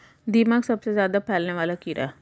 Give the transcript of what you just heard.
दीमक सबसे ज्यादा फैलने वाला कीड़ा है